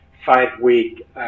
five-week